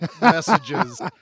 messages